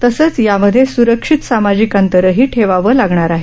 तसंच यामध्ये स्रक्षित सामाजित अंतरही ठेवावं लागणार आहे